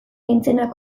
nintzena